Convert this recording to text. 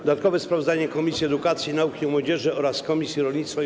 Dodatkowe sprawozdanie Komisji Edukacji, Nauki i Młodzieży oraz Komisji Rolnictwa i